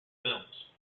films